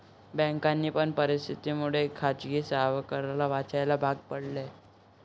बँकांनी पण परिस्थिती मुळे खाजगी सावकाराला वाचवायला भाग पाडले